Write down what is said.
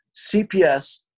CPS